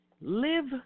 Live